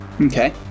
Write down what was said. Okay